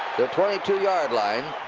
the twenty two yard line.